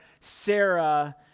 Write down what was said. sarah